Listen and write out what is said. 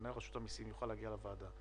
מנהל רשות המסים יוכל להגיע מחר לדיון בוועדה.